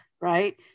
right